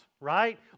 right